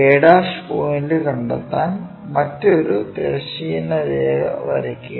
a point കണ്ടെത്താൻ മറ്റൊരു തിരശ്ചീന രേഖ വരയ്ക്കുക